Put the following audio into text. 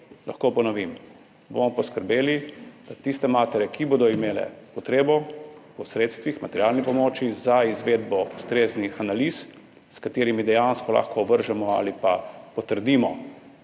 lahko ponovim, bomo poskrbeli, da tiste matere, ki bodo imele potrebo po sredstvih, materialni pomoči za izvedbo ustreznih analiz, s katerimi dejansko lahko ovržemo ali pa potrdimo